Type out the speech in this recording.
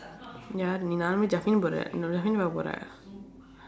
யாரு நான்:yaaru naan Jafin போறேன் நான்:pooreen naan jafin கூட போறேன்:kuuda pooreen